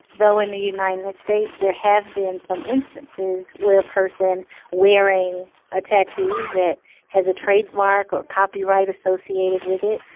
though in the united states there have been some instances where a person wearing a tattoo that has a trademark or a copyright associated with it,